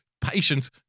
Patience